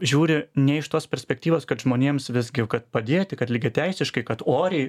žiūri ne iš tos perspektyvos kad žmonėms visgi kad padėti kad lygiateisiškai kad oriai